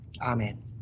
amen